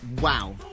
wow